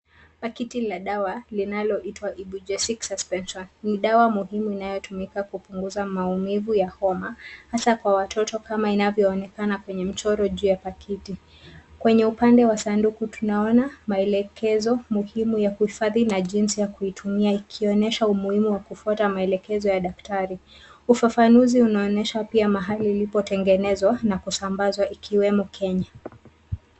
Pakiti la dawa linaloitwa ibugesic suspension ni dawa muhimu inayotumika kupunguza maumivu ya homa hasa kwa watoto kama inavyoonekana kwenye mchoro juu ya pakiti, kwenye upande wa sanduku tunaona maelekezo muhimu ya kuhifadhi na jinsi ya kuitumia ikionyesha umuhimu wa kufuata maelekezo ya daktari ,ufafanuzi unaonyesha pia mahali ilipotengenezwa na kusambazwa ikiwemo Kenya.